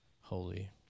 holy